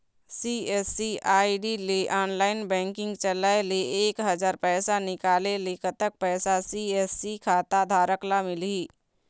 CSC ID ले online banking चलाए ले एक हजार पैसा निकाले ले कतक पैसा सी.एस.सी खाता धारक ला मिलही?